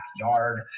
backyard